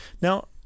Now